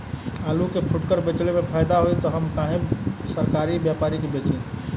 आलू के फूटकर बेंचले मे फैदा होई त हम काहे सरकारी व्यपरी के बेंचि?